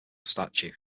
statue